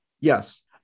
Yes